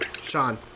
Sean